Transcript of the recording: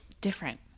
different